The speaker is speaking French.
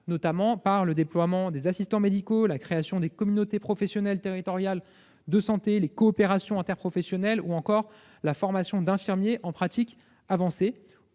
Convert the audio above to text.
médical, par le déploiement des assistants médicaux, la création de communautés professionnelles territoriales de santé, les coopérations interprofessionnelles ou la formation d'infirmiers en pratiques avancées